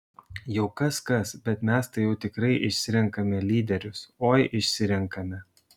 jau kas kas bet mes tai jau tikrai išsirenkame lyderius oi išsirenkame